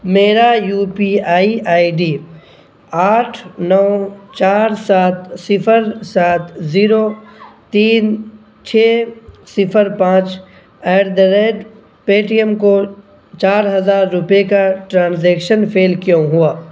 میرا UPI ID آئی آئی ڈی آٹھ نو چار سات صفر سات زیرو تین چھ صفر پانچ at the rate Paytm کو چار ہزار روپئے کا ٹرانزیکشن فیل کیوں ہوا